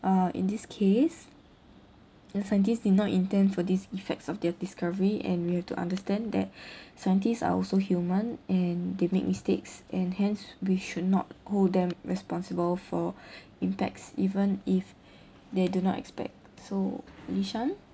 uh in this case the scientists did not intend for these effects of their discovery and we have to understand that scientists are also human and they make mistakes and hence we should not hold them responsible for impacts even if they do not expect so li shan